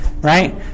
Right